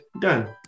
done